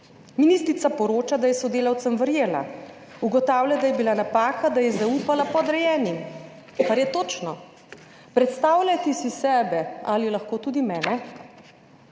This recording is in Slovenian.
Ministrica poroča, da je sodelavcem verjela, ugotavlja, da je bila napaka, da je zaupala podrejenim, kar je točno. Predstavljajte si sebe, ali lahko tudi mene,